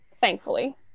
thankfully